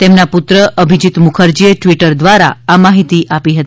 તેમના પુત્ર અભિજિત મુખર્જીએ ટ્વિટર દ્વારા આ માહિતી આપવામાં આવી